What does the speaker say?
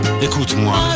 Écoute-moi